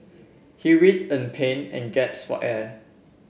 he writhed in pain and gaps for air